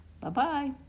Bye-bye